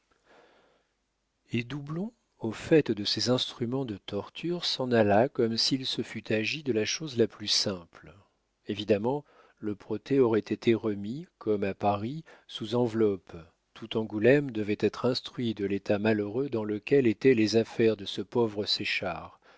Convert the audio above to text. et doublon au fait de ces instruments de torture s'en alla comme s'il se fût agi de la chose la plus simple évidemment le protêt aurait été remis comme à paris sous enveloppe tout angoulême devait être instruit de l'état malheureux dans lequel étaient les affaires de ce pauvre